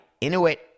Inuit